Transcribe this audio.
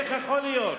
איך יכול להיות?